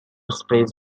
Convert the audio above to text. sprays